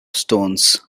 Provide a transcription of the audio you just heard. stones